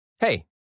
Hey